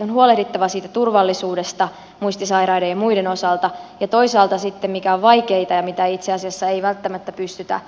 on huolehdittava siitä turvallisuudesta muistisairaiden ja muiden osalta ja toisaalta sitten mikä on vaikeinta ja mitä itse asiassa ei välttämättä pystytä